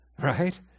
right